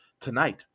tonight